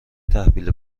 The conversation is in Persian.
تحویل